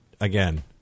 again